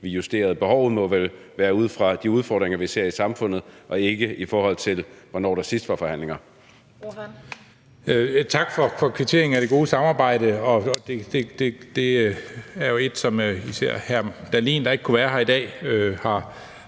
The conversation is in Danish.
justerede. Behovet må vel være ud fra de udfordringer, som vi ser i samfundet, og ikke i forhold til hvornår der sidst var justeringer.